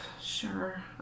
Sure